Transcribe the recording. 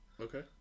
Okay